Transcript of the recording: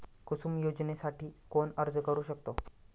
कुसुम योजनेसाठी कोण अर्ज करू शकतो?